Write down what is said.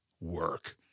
work